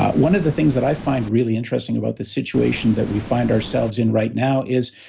one of the things that i find really interesting about the situation that we find ourselves in right now is,